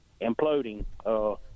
imploding